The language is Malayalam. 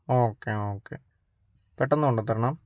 ഒക്കെ ഒക്കെ പെട്ടെന്ന് കൊണ്ടുവന്നു തരണം